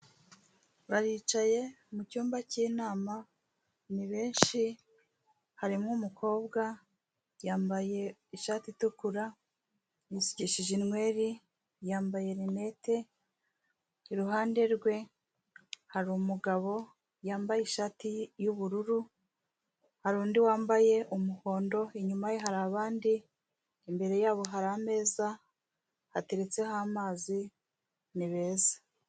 baricaye mucyumba cy'inama ni benshishi harimo umukobwa yambaye ishati itukura yikishijejweri yambaye lnet iruhande rwe harumugabo yambaye ishati yubururu hari undi wambaye umuhondo inyuma ye hari abandi imbere yabo hari ameza hateretseho amazi nibeeza Bari bicaye mu cyumba cy'inama, ni benshi harimo umukobwa yambaye ishati itukura , yisukishije inweri, yambaye lineti, iruhande rwe hari umugambo yambaye ishati y'ubururu hari n'undi wambaye umuhondo, inyuma ye hari abandi, imbere yabo hari ameza hateretseho amazing, ni beza.